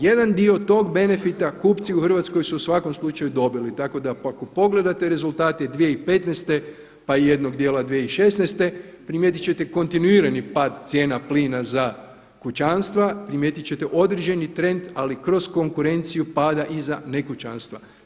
Jedan dio tog benefita kupci u Hrvatskoj su u svakom slučaju dobili, tako da ako pogledate rezultate 2015. pa i jednog dijela 2016. primijetit ćete kontinuirani pad cijena plina za kućanstva, primijetit ćete određeni trend ali kroz konkurenciju pada i za nekućanstva.